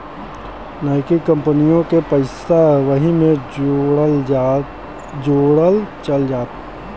नइकी कंपनिओ के पइसा वही मे जोड़ल चल जात